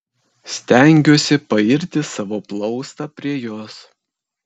stengiuosi pairti savo plaustą prie jos